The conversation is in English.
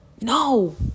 No